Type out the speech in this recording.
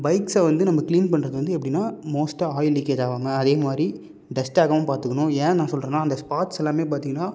பைக்சை வந்து நம்ம க்ளீன் பண்றது வந்து எப்படின்னா மோஸ்ட்டாக ஆயில் லீக்கேஜ் ஆகாமல் அதே மாதிரி டஸ்ட் ஆகாமல் பார்த்துக்குணும் ஏன் நான் சொல்கிறேன்னா அந்த ஸ்பாட்ஸ் எல்லாமே பார்த்திங்கன்னா